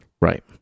Right